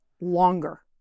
longer